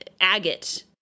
agate